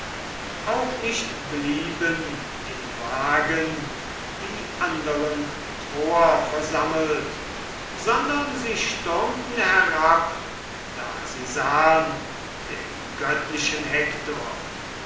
auch nicht blieben in wagen die anderen troer versammelt sondern sie stürmten herab da sie sahn den göttlichen hektor